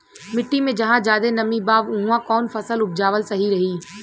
मिट्टी मे जहा जादे नमी बा उहवा कौन फसल उपजावल सही रही?